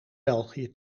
belgië